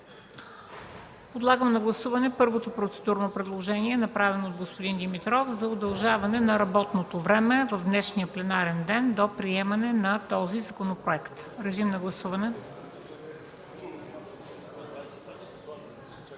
Подлагам на гласуване първото процедурно предложение, направено от господин Димитров, за удължаване на работното време в днешния пленарен ден до приемане на този законопроект. Гласували